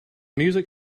music